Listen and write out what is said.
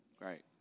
Right